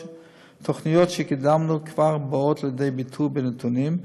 תוכניות שקידמנו כבר באות לידי ביטוי בנתונים,